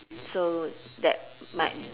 so that my